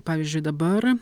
pavyzdžiui dabar